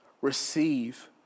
receive